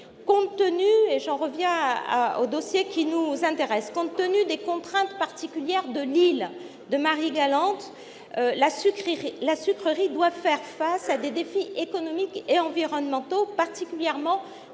Compte tenu des contraintes spécifiques à l'île de Marie-Galante, la sucrerie doit faire face à des défis économiques et environnementaux particulièrement importants.